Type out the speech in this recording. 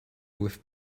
with